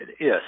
Yes